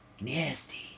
Nasty